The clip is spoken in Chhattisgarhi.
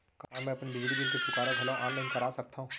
का मैं अपन बिजली बिल के चुकारा घलो ऑनलाइन करा सकथव?